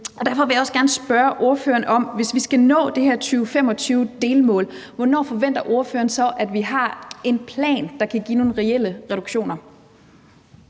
Derfor vil jeg også gerne spørge ordføreren om en ting: Hvis vi skal nå det her 2025-delmål, hvornår forventer ordføreren så at vi har en plan, der kan give nogle reelle reduktioner?